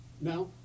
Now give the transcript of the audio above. Now